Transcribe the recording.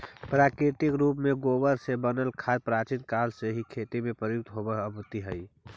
प्राकृतिक रूप से गोबर से बनल खाद प्राचीन काल से ही खेती में प्रयुक्त होवित आवित हई